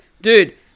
dude